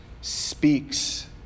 speaks